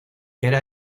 era